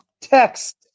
Text